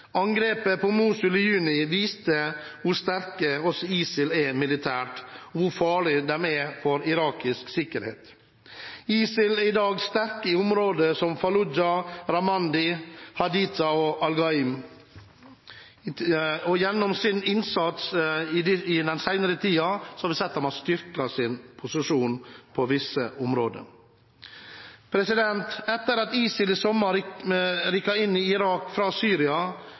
Angrepet på Mosul i juni viste hvor sterk ISIL er også militært og hvor farlige de er for irakisk sikkerhet. ISIL er i dag sterk i områder som Fallujah, Ramadi, Haditha og Alghanim, og gjennom sin innsats den senere tiden har de styrket sin posisjon i visse områder. Etter at ISIL i sommer rykket inn i Irak fra Syria,